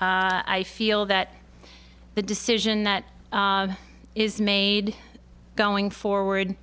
i feel that the decision that is made going forward